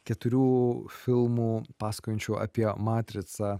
keturių filmų pasakojančių apie matricą